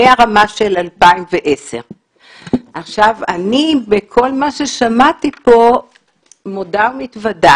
מהרמה של 2010. בכל מה ששמעתי כאן אני מודה ומתוודה